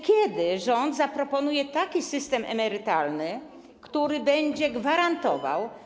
Kiedy rząd zaproponuje taki system emerytalny, który będzie gwarantował